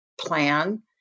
plan